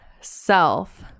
self